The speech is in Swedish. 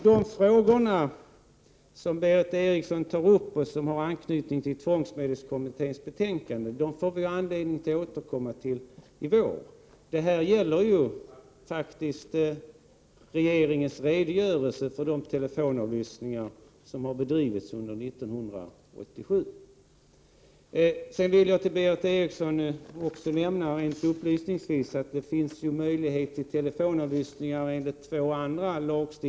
De frågor som Berith Eriksson tar upp och som har anknytning till tvångsmedelskommitténs betänkande får vi anledning att återkomma till i vår. Detta ärende gäller regeringens redogörelse för de telefonavlyssningar som har bedrivits under 1987. Jag vill till Berith Eriksson upplysningsvis även nämna att det finns möjlighet till telefonavlyssning enligt två andra lagar.